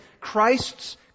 Christ's